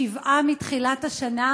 שבעה מתחילת השנה,